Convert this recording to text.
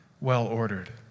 well-ordered